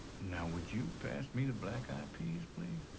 now would you pass me the black eyed peas, please?